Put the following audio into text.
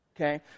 okay